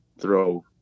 throw